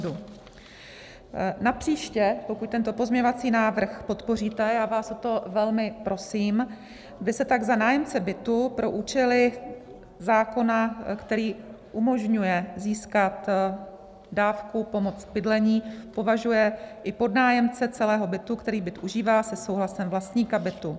Na příště, pokud tento pozměňovací návrh podpoříte, já vás o to velmi prosím, by se tak za nájemce bytu pro účely zákona, který umožňuje získat dávku pomoc v bydlení, považuje i podnájemce celého bytu, který byt užívá se souhlasem vlastníka bytu.